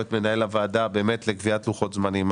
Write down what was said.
נמצא כאן מנהל הוועדה לקביעת לוחות זמנים.